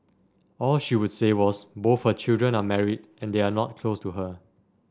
all she would say was both her children are married and they are not close to her